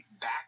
back